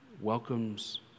welcomes